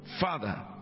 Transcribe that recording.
Father